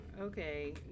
Okay